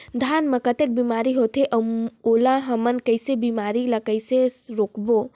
धान मा कौन बीमारी होथे अउ ओला हमन कइसे बीमारी ला कइसे रोकबो?